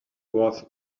was